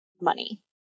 money